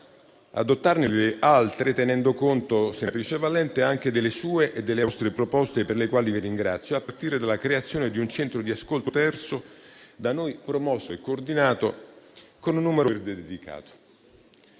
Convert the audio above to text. adottarne altre, tenendo conto, senatrice Valente, anche delle sue e delle vostre proposte, per le quali vi ringrazio, a partire dalla creazione di un centro di ascolto terzo, da noi promosso e coordinato, con un numero verde dedicato.